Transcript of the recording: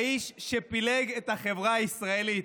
האיש שפילג את החברה הישראלית,